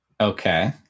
Okay